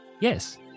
Yes